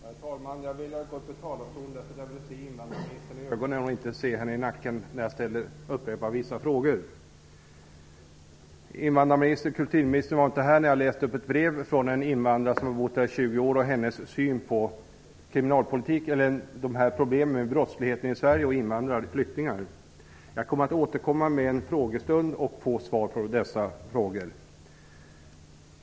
Herr talman! Jag vill gå upp i talarstolen för att kunna se invandrarministern i ögonen i stället för i nacken när jag upprepar vissa av mina frågor. Kultur och invandrarministern var inte här när jag läste upp ett brev från en invandrare som har bott här i 20 år och denna persons syn på problemen med invandrare, flyktingar och brottslighet. Jag kommer att återkomma vid en frågestund för att få svar på dessa frågor.